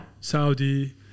Saudi